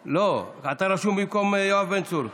לא, אתה רשום במקום יואב בן צור.